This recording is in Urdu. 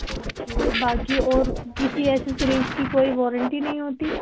اوکے باقی اور کسی ایسی فریج کی کوئی وارنٹی نہیں ہوتی